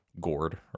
gourd